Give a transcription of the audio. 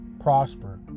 prosper